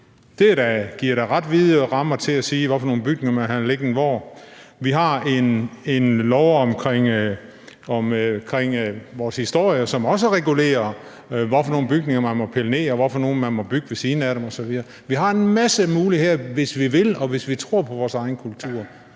Det giver da ret vide rammer til at sige, hvad for nogle bygninger man vil have liggende hvor. Vi har en lov om vores historie, som også regulerer, hvad for nogle bygninger man må pille ned, og hvad for nogle man må bygge ved siden af osv. Vi har en masse muligheder, hvis vi vil, og hvis vi tror på vores egen kultur.